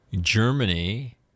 Germany